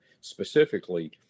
specifically